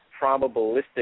probabilistic